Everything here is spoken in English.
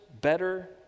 better